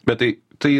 bet tai tai